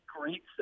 great